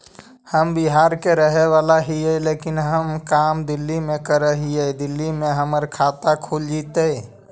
हम बिहार के रहेवाला हिय लेकिन हम काम दिल्ली में कर हिय, दिल्ली में हमर खाता खुल जैतै?